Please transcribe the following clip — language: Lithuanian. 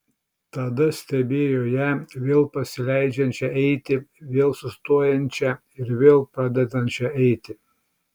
tada stebėjo ją vėl pasileidžiančią eiti vėl sustojančią ir vėl pradedančią eiti